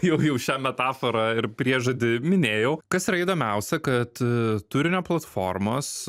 jau jau šią metaforą ir priežodį minėjau kas yra įdomiausia kad turinio platformos